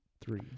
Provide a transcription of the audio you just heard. three